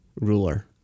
ruler